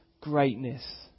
greatness